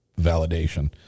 validation